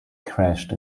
crashed